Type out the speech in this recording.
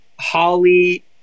Holly